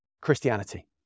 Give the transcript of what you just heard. Christianity